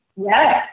Yes